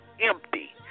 empty